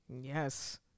Yes